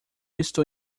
estou